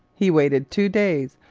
he waited two days,